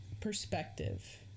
perspective